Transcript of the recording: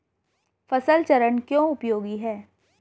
फसल चरण क्यों उपयोगी है?